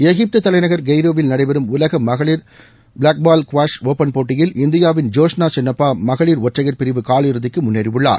எகிப்து தலைநகர் கெய்ரோவில் நடைபெறும் உலக மகளிர் ப்ளாக் பால் க்வாஷ் ஒப்பன் போட்டியில் இந்தியாவின் ஜோஷ்னா சின்னப்பா மகளிர் ஒற்றையர் பிரிவு காலிறுதிக்கு முன்னேறியுள்ளார்